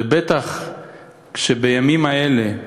ובטח כשבימים האלה השמאל,